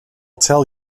tell